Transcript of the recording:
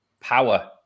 power